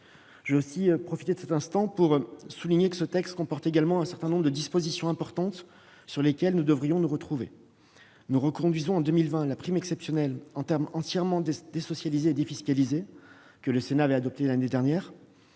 au maximum les niches fiscales et sociales. Ce texte comporte également un certain nombre de dispositions importantes sur lesquelles nous devrions nous retrouver. Nous reconduisons en 2020 la prime exceptionnelle entièrement désocialisée et défiscalisée que le Sénat avait adoptée l'année dernière.